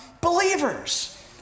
believers